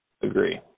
Agree